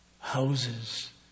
houses